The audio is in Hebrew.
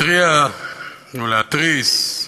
להתריע או להתריס.